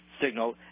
signal